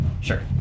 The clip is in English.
Sure